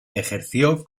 ejerció